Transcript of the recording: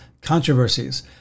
controversies